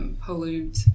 Pollute